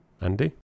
Andy